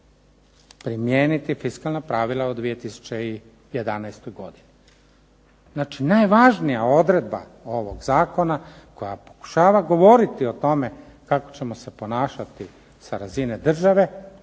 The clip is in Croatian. primijeniti fiskalna pravila u 2011. godini. Znači, najvažnija odredba ovog Zakona koja pokušava govoriti o tome kako ćemo se ponašati sa razine države